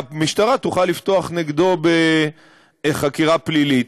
המשטרה תוכל לפתוח נגדו חקירה פלילית.